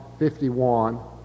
51